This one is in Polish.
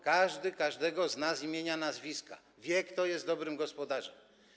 Każdy każdego zna z imienia, nazwiska, wie, kto jest dobrym gospodarzem.